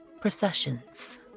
processions